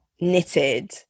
knitted